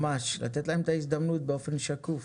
ממש לתת להם את ההזדמנות באופן שקוף.